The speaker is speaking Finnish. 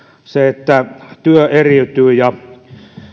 se että työ eriytyy ja